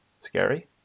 scary